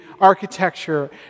architecture